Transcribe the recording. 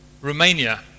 Romania